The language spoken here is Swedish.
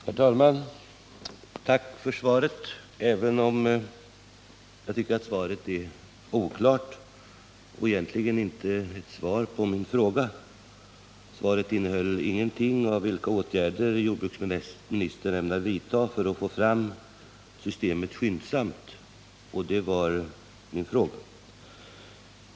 Herr talman! Jag tackar för svaret — även om jag tycker att det är oklart och Fredagen den egentligen inte är ett svar på min fråga. Svaret innehöll ingenting om vilka 16 februari 1979 åtgärder jordbruksministern ämnar vidta för att skyndsamt få fram systemet, och det var min fråga.